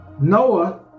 Noah